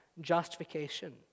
justification